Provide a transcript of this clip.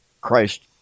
Christ